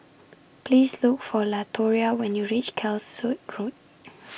Please Look For Latoria when YOU REACH Calshot Road